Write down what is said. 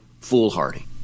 foolhardy